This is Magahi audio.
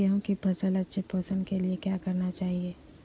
गेंहू की फसल के अच्छे पोषण के लिए क्या करना चाहिए?